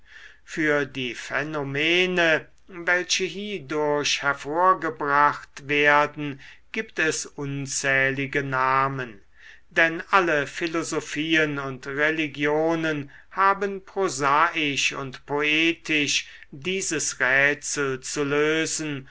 für die phänomene welche hiedurch hervorgebracht werden gibt es unzählige namen denn alle philosophien und religionen haben prosaisch und poetisch dieses rätsel zu lösen